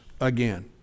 again